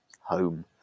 home